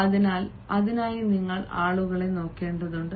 അതിനാൽ അതിനായി നിങ്ങൾ ആളുകളെ നോക്കേണ്ടതുണ്ട്